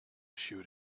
shoot